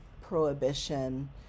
prohibition